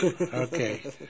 Okay